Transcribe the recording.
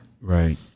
Right